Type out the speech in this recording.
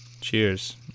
cheers